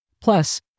Plus